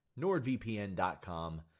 NordVPN.com